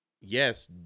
yes